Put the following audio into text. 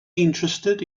interested